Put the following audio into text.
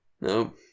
No